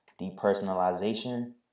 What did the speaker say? depersonalization